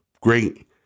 great